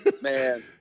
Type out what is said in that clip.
Man